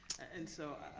and so,